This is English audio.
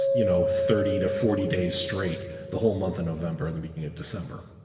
you know, thirty to forty days straight, the whole month of november and the beginning of december.